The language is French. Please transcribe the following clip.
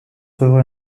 heureux